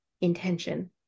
intention